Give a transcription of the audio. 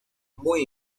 muy